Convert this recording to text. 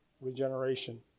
Regeneration